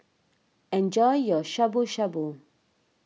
enjoy your Shabu Shabu